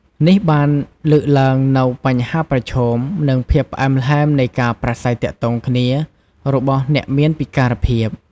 នេះបានលើកឡើងនូវបញ្ហាប្រឈម និងភាពផ្អែមល្ហែមនៃការប្រាស្រ័យទាក់ទងគ្នារបស់អ្នកមានពិការភាព ។